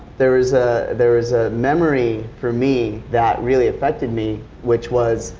there is a, there is a memory, for me, that really affected me which was